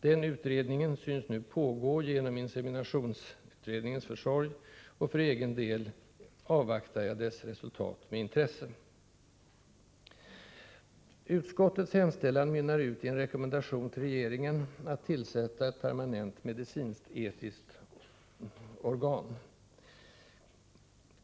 Den utredningen synes nu pågå genom inseminationsutredningens försorg, och för egen del avvaktar jag dess resultat med intresse. Utskottets hemställan mynnar ut i en rekommendation till regeringen att tillsätta ett permanent medicinsk-etiskt organ.